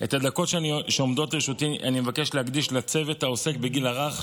את הדקות שעומדות לרשותי אני מבקש להקדיש לצוות העוסק בגיל הרך